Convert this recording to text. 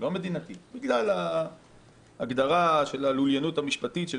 לא מדינתית ובגלל ההגדרה של הלוליינות המשפטית של